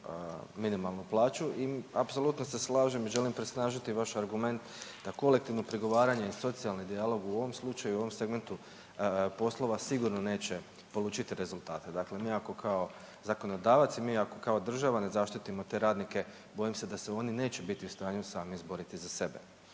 minimalnu plaću i apsolutno se slažem i želim presnažiti vaš argument da kolektivno pregovaranje i socijalni dijalog u ovom slučaju i u ovom segmentu poslova sigurno neće polučiti rezultate. Dakle, nekako kao zakonodavac i mi ako kao država ne zaštitimo te radnike bojim se da se oni neće biti u stanju sami izboriti za sebe.